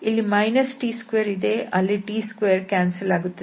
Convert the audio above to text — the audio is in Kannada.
ಇಲ್ಲಿ t2 ಇದೆ ಮತ್ತು ಅಲ್ಲಿ t2 ಕ್ಯಾನ್ಸಲ್ ಆಗುತ್ತದೆ